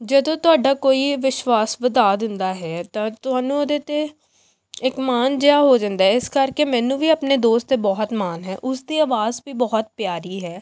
ਜਦੋਂ ਤੁਹਾਡਾ ਕੋਈ ਵਿਸ਼ਵਾਸ ਵਧਾ ਦਿੰਦਾ ਹੈ ਤਾਂ ਤੁਹਾਨੂੰ ਉਹਦੇ 'ਤੇ ਇੱਕ ਮਾਣ ਜਿਹਾ ਹੋ ਜਾਂਦਾ ਇਸ ਕਰਕੇ ਮੈਨੂੰ ਵੀ ਆਪਣੇ ਦੋਸਤ 'ਤੇ ਬਹੁਤ ਮਾਣ ਹੈ ਉਸ ਦੀ ਆਵਾਜ਼ ਵੀ ਬਹੁਤ ਪਿਆਰੀ ਹੈ